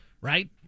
right